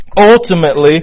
ultimately